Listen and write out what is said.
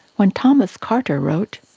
when thomas carter wrote,